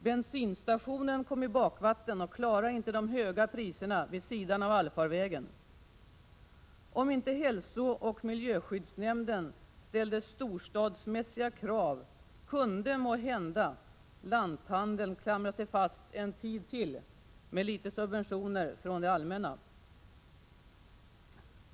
Bensinstationen kom i bakvatten och klarade inte de höga priserna vid sidan av allfarvägen. Om inte hälsooch sjukvårdsnämnden ställde storstadsmässiga krav kunde måhända lanthandeln klamra sig fast en tid till — med litet subventioner från det allmänna.